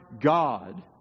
God